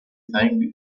saint